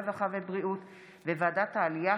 הרווחה והבריאות וועדת העלייה,